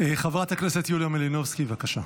חברת הכנסת יוליה מלינובסקי, בבקשה.